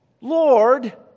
Lord